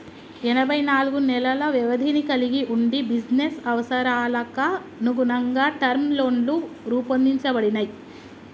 ఎనబై నాలుగు నెలల వ్యవధిని కలిగి వుండి బిజినెస్ అవసరాలకనుగుణంగా టర్మ్ లోన్లు రూపొందించబడినయ్